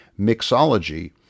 Mixology